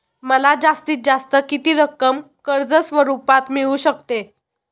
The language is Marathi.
मला जास्तीत जास्त किती रक्कम कर्ज स्वरूपात मिळू शकते?